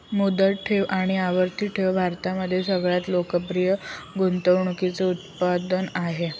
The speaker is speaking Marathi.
मुदत ठेव आणि आवर्ती ठेव भारतामध्ये सगळ्यात लोकप्रिय गुंतवणूकीचे उत्पादन आहे